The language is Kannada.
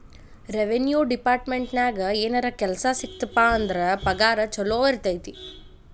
ರೆವೆನ್ಯೂ ಡೆಪಾರ್ಟ್ಮೆಂಟ್ನ್ಯಾಗ ಏನರ ಕೆಲ್ಸ ಸಿಕ್ತಪ ಅಂದ್ರ ಪಗಾರ ಚೊಲೋ ಇರತೈತಿ